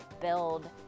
build